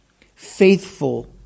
Faithful